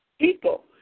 people